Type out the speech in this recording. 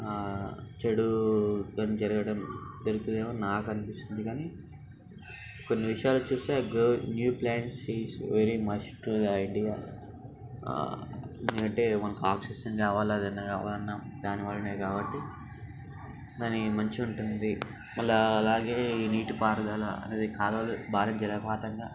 చెడు ఏం జరగడం జరుగుతుంది ఏమో అని నాకు అనిపిస్తుంది కానీ కొన్ని విషయాలు చూస్తే new plants is very much to the idea ఎందుకంటే మనకి ఆక్సిజన్ కావాలి ఏదైనా కావాలన్నా దాని వలనే కాబట్టి దాన్ని మంచిగా ఉంటుంది మళ్ళీ అలాగే నీటిపారుదల అనేది కాలాలు భారత జలపాతంగా